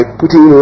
putting